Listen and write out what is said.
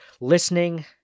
listening